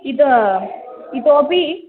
इतः इतोपि